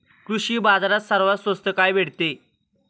कृषी बाजारात सर्वात स्वस्त काय भेटते?